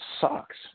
sucks